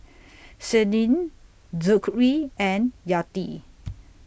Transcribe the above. Senin Zikri and Yati